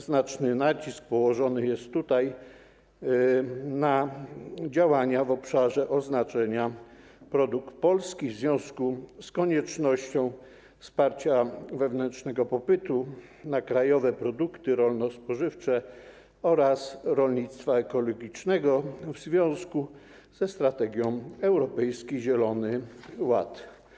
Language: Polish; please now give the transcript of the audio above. Znaczny nacisk położony jest tutaj na działania w obszarze oznaczenia „Produkt polski” w związku z koniecznością wsparcia wewnętrznego popytu na krajowe produkty rolno-spożywcze oraz rolnictwa ekologicznego w związku ze strategią Europejski Zielony Ład.